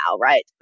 right